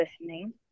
listening